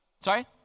sorry